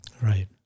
Right